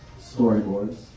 storyboards